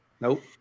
Nope